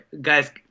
guys